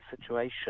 situation